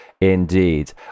indeed